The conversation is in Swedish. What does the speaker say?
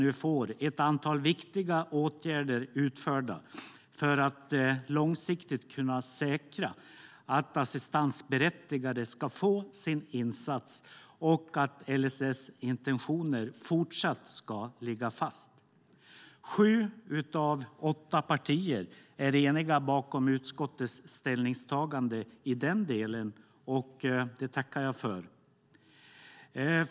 Nu vidtas ett antal viktiga åtgärder för att långsiktigt kunna säkra att assistansberättigade ska få sin insats och att intentionerna i LSS fortsatt ska ligga fast. Sju av åtta partier står eniga bakom utskottets ställningstagande i denna del. Det tackar jag för.